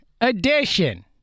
edition